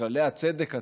בכללי הצדק הטבעי.